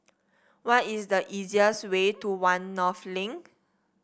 what is the easiest way to One North Link